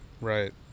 Right